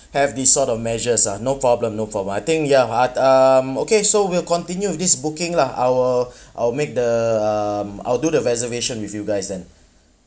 have these sort of measures ah no problem no problem I think ya uh um okay so we'll continue with this booking lah I will I will make the um I'll do the reservation with you guys then